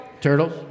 Turtles